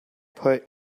put